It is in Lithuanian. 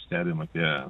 stebim apie